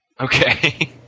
okay